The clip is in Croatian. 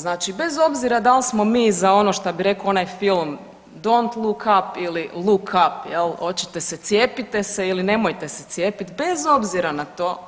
Znači bez obzira da li smo mi za ono što bi rekao onaj film Don't look up ili Look up jel hoćete se cijepite se ili nemojte se cijepiti bez obzira na to